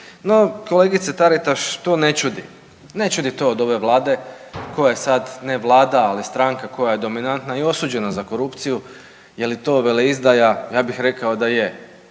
No kolegice Taritaš to ne čudi, ne čudi to od ove vlade koja je sad ne vlada, ali stranka koja je dominantna i osuđena za korupciju. Je li to veleizdaja? Ja bih rekao da je,